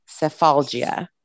Cephalgia